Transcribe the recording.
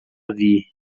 vir